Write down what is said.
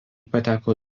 pateko